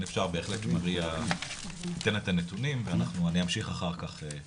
אפשר בהחלט שמריה תיתן את הנתונים ואני אמשיך אחר כך.